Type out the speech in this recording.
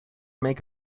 make